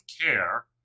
care